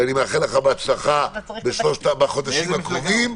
אני מאחל לך בהצלחה בחודשים הקרובים,